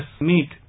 meet